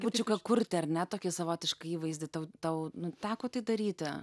trupučiuką kurti ar ne tokį savotišką įvaizdį tau tau teko tai daryti